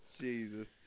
Jesus